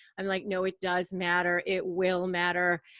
i'm like, no, it does matter. it will matter.